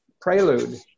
prelude